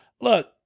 look